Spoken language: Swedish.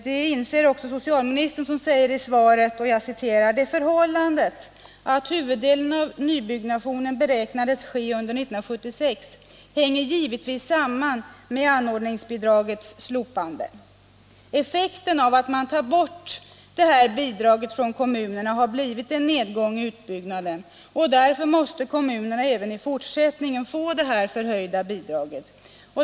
Det inser också socialministern, som säger i svaret: ”Det förhållandet att huvuddelen av nybyggnationen beräknades ske under 1976 hänger givetvis samman med anordningsbidragets slopande —-—--.” Effekten av att man tar bort detta bidrag från kommunerna har blivit en nedgång i utbyggnaden. Därför måste kommunerna även i fortsättningen få det förhöjda bidraget.